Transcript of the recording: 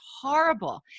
horrible